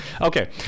Okay